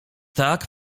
tak